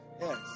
Yes